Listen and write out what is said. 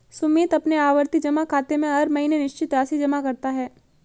सुमित अपने आवर्ती जमा खाते में हर महीने निश्चित राशि जमा करता है